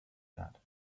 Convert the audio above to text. that